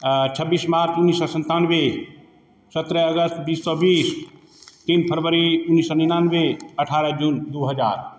छब्बीस मार्च उन्नीस सौ सत्तानवे सत्रह अगस्त बीस सौ बीस तीन फ़रवरी उन्नीस सौ निन्यानवे अठारह जून दो हज़ार